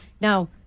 Now